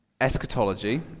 eschatology